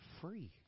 free